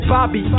Bobby